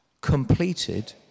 completed